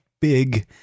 big